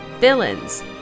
villains